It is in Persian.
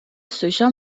سوشا